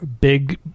big